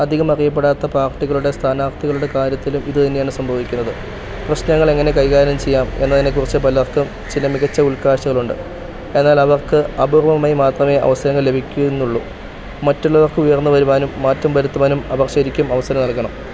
അധികം അറിയപ്പെടാത്ത പാർട്ടികളുടെ സ്ഥാനാർത്ഥികളുടെ കാര്യത്തിലും ഇതുതന്നെയാണ് സംഭവിക്കുന്നത് പ്രശ്നങ്ങളെങ്ങനെ കൈകാര്യം ചെയ്യാമെന്നതിനെക്കുറിച്ച് പലർക്കും ചില മികച്ച ഉൾക്കാഴ്ചകളുണ്ട് എന്നാലവർക്ക് അപൂർവ്വമായി മാത്രമേ അവസരങ്ങൾ ലഭിക്കുന്നുള്ളൂ മറ്റുള്ളവർക്ക് ഉയർന്നുവരുവാനും മാറ്റം വരുത്തുവാനും അവർ ശരിക്കും അവസരം നൽകണം